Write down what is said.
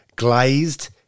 Glazed